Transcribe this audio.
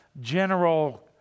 general